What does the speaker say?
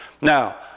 Now